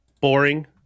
boring